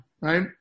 right